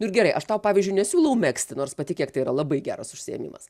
nu ir gerai aš tau pavyzdžiui nesiūlau megzti nors patikėk tai yra labai geras užsiėmimas